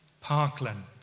parkland